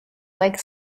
like